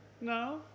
No